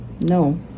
No